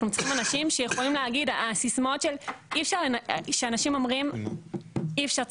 אנחנו צריכים אנשים שיכולים להגיד כשאנשים אומרים אי אפשר,